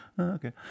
Okay